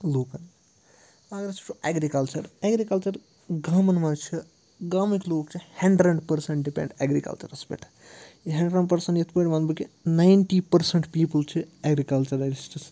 لوٗکَن اگر أسۍ وٕچھو اٮ۪گرِکَلچَر اٮ۪گرِکَلچَر گامَن مَنٛز چھِ گامٕکۍ لوٗکھ چھِ ہٮ۪نٛڈرنٛڈ پٔرسنٛٹ ڈِپٮ۪نٛڈ اٮ۪گرِکَلچَرَس پٮ۪ٹھ یہِ ہٮ۪نٛڈرنٛڈ پٔرسنٛٹ یِتھ پٲٹھۍ وَنہٕ بہٕ کہِ نایِنٹی پٔرسنٛٹ پیٖپٕل چھِ اٮ۪گرِکَلچَرَلِسٹٕس